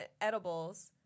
edibles